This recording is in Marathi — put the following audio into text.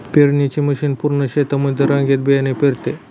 पेरणीची मशीन पूर्ण शेतामध्ये रांगेत बियाणे पेरते